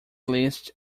least